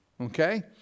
Okay